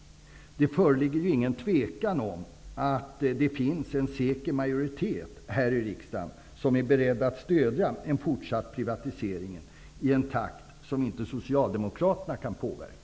Det föreligger inget tvivel om att det finns en säker majoritet här i riksdagen som är beredd att stödja en fortsatt privatisering i en takt som inte Socialdemokraterna kan påverka.